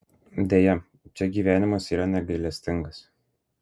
deja čia gyvenimas yra negailestingas